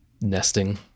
nesting